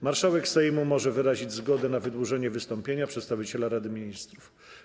Marszałek Sejmu może wyrazić zgodę na wydłużenie wystąpienia przedstawiciela Rady Ministrów.